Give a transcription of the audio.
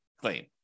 claim